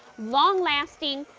long lasting,